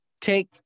take